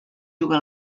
juga